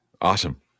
Awesome